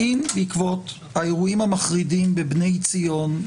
האם בעקבות האירועים המחרידים בבני ציון,